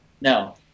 No